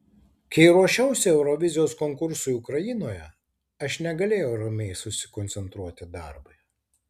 kai ruošiausi eurovizijos konkursui ukrainoje aš negalėjau ramiai susikoncentruoti darbui